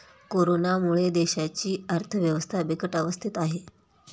कोरोनामुळे देशाची अर्थव्यवस्था बिकट अवस्थेत आहे